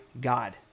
God